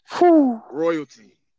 Royalty